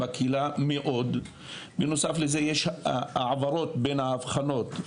בנוסף לכך, יש העברות בין האבחנות.